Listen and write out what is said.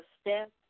step